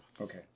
Okay